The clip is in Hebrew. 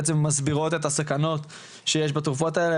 בעצם מסבירות את הסכנות שיש בתרופות האלה.